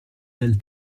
del